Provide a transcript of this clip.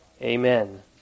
Amen